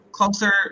closer